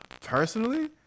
Personally